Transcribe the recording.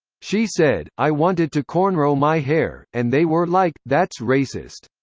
she said, i wanted to cornrow my hair, and they were like, that's racist